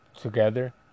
together